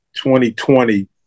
2020